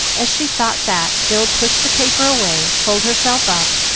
as she thought that, jill pushed the paper away, pulled herself up,